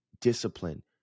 discipline